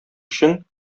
өчен